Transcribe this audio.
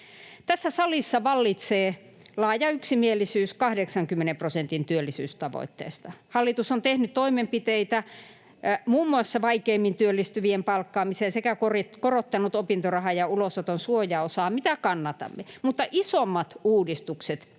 Tässä salissa vallitsee laaja yksimielisyys 80 prosentin työllisyystavoitteesta. Hallitus on tehnyt toimenpiteitä muun muassa vaikeimmin työllistyvien palkkaamiseen sekä korottanut opintorahan ja ulosoton suojaosaa, mitä kannatamme, mutta isommat uudistukset